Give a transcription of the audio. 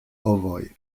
ovoj